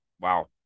Wow